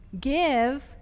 give